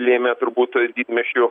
lėmė turbūt didmiesčių